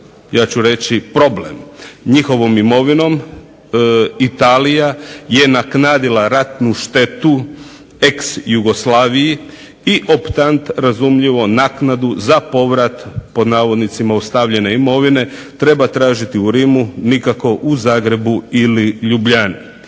ja ću reći problem. Njihovom imovinom Italija je naknadila ratnu štetu ex Jugoslaviji i optant razumljivo naknadu za povrat pod navodnicima ostavljene imovine treba tražiti u Rimu. Nikako u Zagrebu ili Ljubljani.